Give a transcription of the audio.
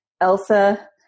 Elsa